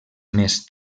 més